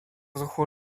duchu